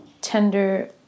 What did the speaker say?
tender